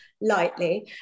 lightly